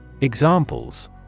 Examples